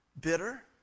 bitter